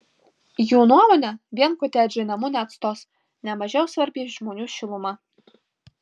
jų nuomone vien kotedžai namų neatstos ne mažiau svarbi žmonių šiluma